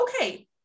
okay